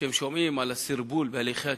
כשהם שומעים על הסרבול בהליכי התכנון,